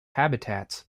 habitats